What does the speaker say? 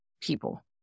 people